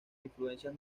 influencias